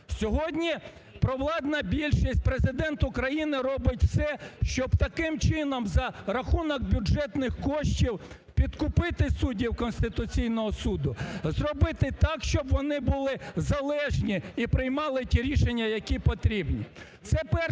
Сьогодні провладна більшість, Президент України роблять все, щоб таким чином за рахунок бюджетних коштів підкупити суддів Конституційного Суду, зробити так, щоб вони були залежні і приймали ті рішення, які потрібні. Це перший